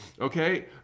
Okay